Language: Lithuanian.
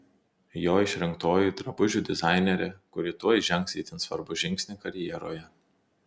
jo išrinktoji drabužių dizainerė kuri tuoj žengs itin svarbų žingsnį karjeroje